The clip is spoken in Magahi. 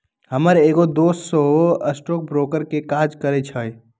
हमर एगो दोस सेहो स्टॉक ब्रोकर के काज करइ छइ